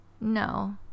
No